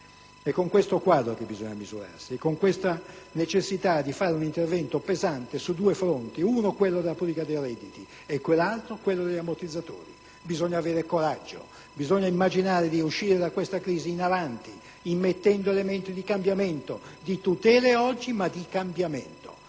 È con questo quadro che bisogna misurarsi e con questa necessità di fare un intervento pesante su due fronti, uno è quello della politica dei redditi e l'altro è quello degli ammortizzatori. Bisogna avere coraggio, bisogna immaginare di uscire da questa crisi in avanti, immettendo elementi di cambiamento, di tutele oggi, ma di cambiamento.